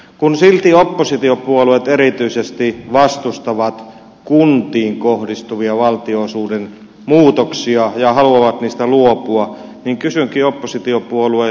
kun silti oppositiopuolueet erityisesti vastustavat kuntiin kohdistuvia valtionosuuden muutoksia ja haluavat niistä luopua niin kysynkin oppositiopuolueilta